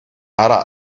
ара